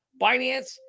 Binance